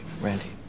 Randy